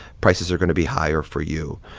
prices are going to be higher for you.